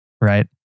right